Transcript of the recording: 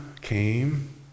came